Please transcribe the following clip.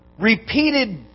repeated